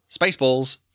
Spaceballs